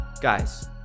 Guys